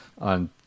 on